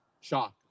shocked